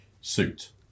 suit